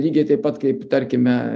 lygiai taip pat kaip tarkime